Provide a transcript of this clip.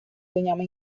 veniamo